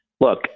Look